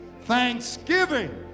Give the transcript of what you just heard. thanksgiving